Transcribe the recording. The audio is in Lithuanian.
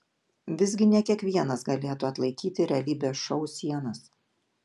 visgi ne kiekvienas galėtų atlaikyti realybės šou sienas